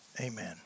Amen